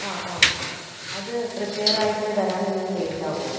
അ ആ അത് പ്രിപ്പെയർ ആയിട്ട് വരാൻ ഇനിയും ലേറ്റ് ആകുമോ